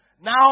now